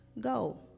go